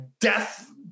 death